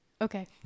Okay